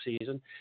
season